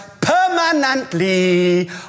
permanently